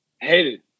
Hated